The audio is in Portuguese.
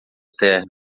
terra